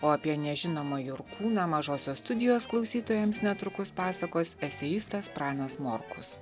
o apie nežinomą jurkūną mažosios studijos klausytojams netrukus pasakos eseistas pranas morkus